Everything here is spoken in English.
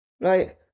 right